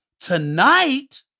Tonight